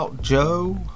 Joe